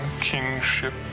kingship